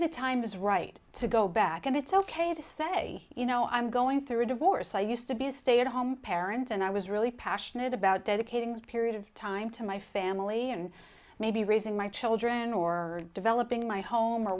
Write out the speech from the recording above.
the time is right to go back and it's ok to say you know i'm going through a divorce i used to be a stay at home parent and i was really passionate about dedicating this period of time to my family and maybe raising my children or developing my home or